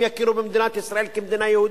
יכירו במדינת ישראל כמדינה יהודית,